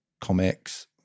comics